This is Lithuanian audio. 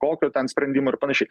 kokio ten sprendimo ir panašiai